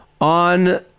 on